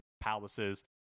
palaces